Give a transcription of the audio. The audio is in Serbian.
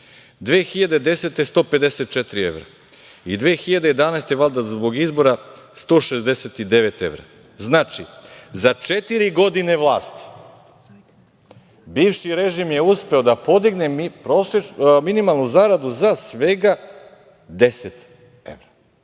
godine 154 evra i 2011. godine, valjda zbog izbora, 169 evra. Znači, za četiri godine vlasti bivši režim je uspeo da podigne minimalnu zaradu za svega 10 evra,